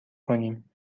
کنیم